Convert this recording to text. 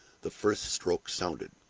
the first stroke sounded,